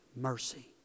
mercy